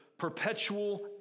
perpetual